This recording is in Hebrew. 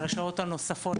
על השעות הנוספות,